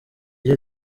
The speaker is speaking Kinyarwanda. gihe